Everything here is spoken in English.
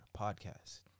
podcast